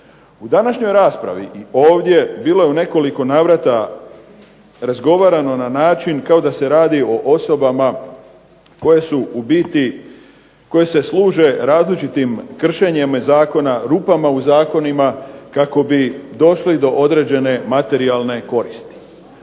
U današnjoj raspravi i ovdje bilo je u nekoliko navrata razgovarano na način kao da se radi o osobama koje su u biti, koje se služe različitim kršenjem zakona, rupama u zakonima kako bi došli do određene materijalne koristi.